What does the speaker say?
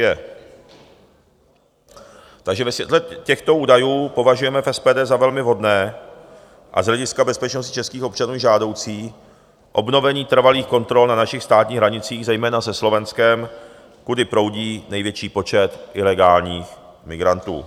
Ve světle těchto údajů považujeme v SPD za velmi vhodné a z hlediska bezpečnosti českých občanů žádoucí obnovení trvalých kontrol na našich státních hranicích, zejména se Slovenskem, kudy proudí největší počet ilegálních migrantů.